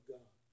God